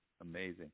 Amazing